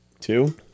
Two